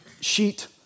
sheet